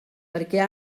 perquè